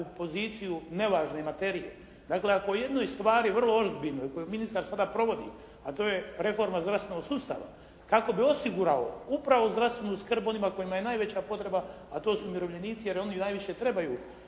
u poziciju nevažne materije. Dakle, ako o jednoj stvari vrlo ozbiljno i koju ministar sada provodi, a to je reforma zdravstvenog sustava kako bi osigurao upravo zdravstvenu skrb onima kojima je najveća potreba, a to su umirovljenici, jer oni najviše i trebaju